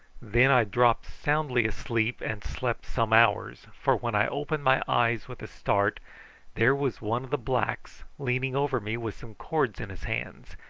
then i dropped soundly asleep and slept some hours, for when i opened my eyes with a start there was one of the blacks leaning over me with some cords in his hands,